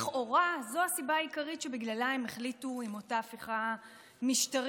לכאורה זו הסיבה העיקרית שבגללה הם החליטו לרוץ עם אותה הפיכה משטרית.